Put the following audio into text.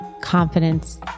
confidence